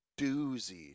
doozy